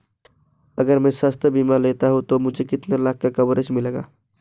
अगर मैं स्वास्थ्य बीमा लेता हूं तो मुझे कितने लाख का कवरेज मिलेगा?